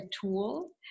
tool